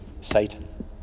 Satan